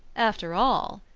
after all,